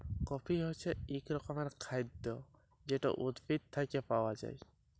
coffee হছে ইক রকমের খাইদ্য যেট উদ্ভিদ থ্যাইকে পাউয়া যায়